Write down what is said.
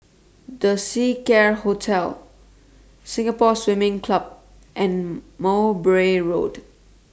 The Seacare Hotel Singapore Swimming Club and Mowbray Road